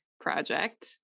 Project